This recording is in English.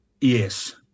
Yes